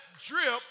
drip